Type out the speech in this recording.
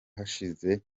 hashize